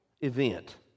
event